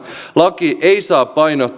laki ei saa painottaa